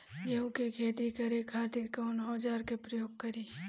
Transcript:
गेहूं के खेती करे खातिर कवन औजार के प्रयोग करी?